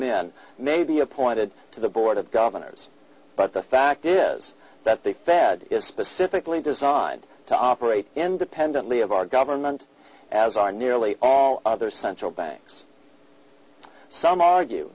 men may be appointed to the board of governors but the fact is that the fed is specifically designed to operate independently of our government as are nearly all other central banks some argue